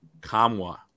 Kamwa